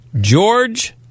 George